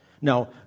Now